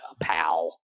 pal